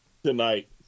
Tonight